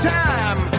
time